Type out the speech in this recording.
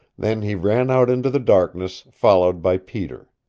then he ran out into the darkness, followed by peter.